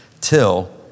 till